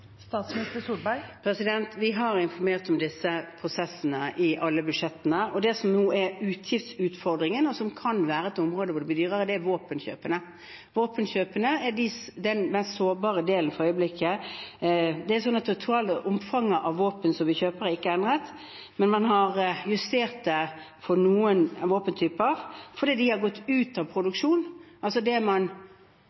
Vi har informert om disse prosessene i alle budsjettene. Utgiftsutfordringen nå, som kan være et område der det blir dyrere, er våpenkjøpene. Våpenkjøpene er den mest sårbare delen for øyeblikket. Det totale omfanget av våpen som vi kjøper, er ikke endret, men man har justert for noen våpentyper fordi de har gått ut av